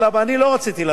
אמרתי, אם זה לא יהיה,